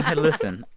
yeah listen.